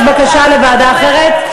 יש בקשה לוועדה אחרת?